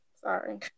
Sorry